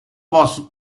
was